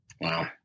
Wow